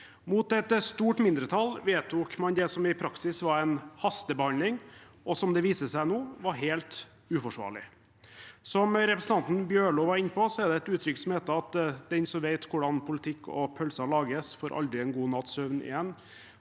Mot et stort mindretall vedtok man det som i praksis var en hastebehandling, og som det nå viser seg var helt uforsvarlig. Som representanten Bjørlo var inne på, er det et uttrykk som sier at den som vet hvordan politikk og pølser lages, får aldri en god natts søvn igjen.